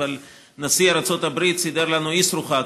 אבל נשיא ארצות הברית סידר לנו אסרו חג,